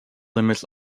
limits